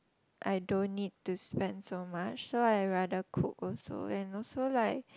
I don't need to spend so much so I rather cook also and also like